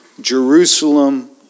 Jerusalem